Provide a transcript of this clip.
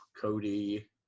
Cody